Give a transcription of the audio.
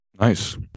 Nice